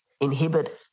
inhibit